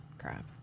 Crap